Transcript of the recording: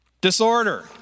disorder